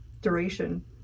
duration